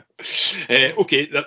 Okay